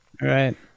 Right